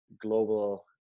global